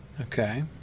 Okay